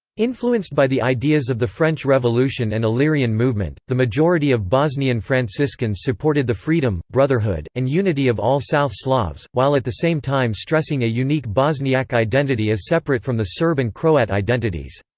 influenced by the ideas of the french revolution and illyrian movement, the majority of bosnian franciscans supported the freedom, brotherhood, and unity of all south slavs, while at the same time stressing a unique bosniak identity as separate from the serb and croat identities.